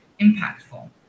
impactful